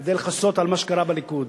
כדי לכסות על מה שקרה בליכוד,